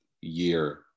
year